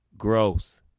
growth